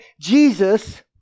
Jesus